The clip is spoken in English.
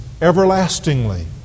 everlastingly